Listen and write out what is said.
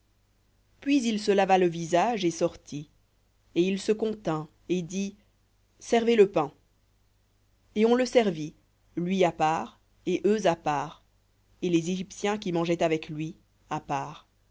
puis il se lava le visage et sortit et il se contint et dit servez le pain et on le servit lui à part et eux à part et les égyptiens qui mangeaient avec lui à part